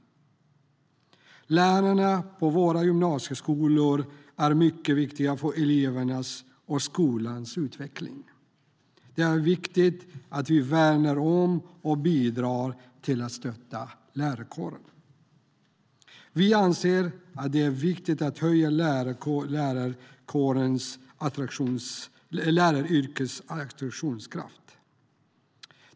Lärarna på våra gymnasieskolor är mycket viktiga för elevernas och skolans utveckling. Det är viktigt att vi värnar om och bidrar till att stötta lärarkåren. Vi anser att det är viktigt att höja läraryrkets attraktionskraft.